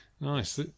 Nice